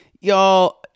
Y'all